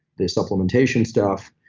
the supplementation stuff,